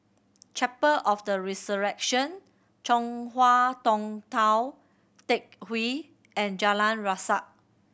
Chapel of the Resurrection Chong Hua Tong Tou Teck Hwee and Jalan Resak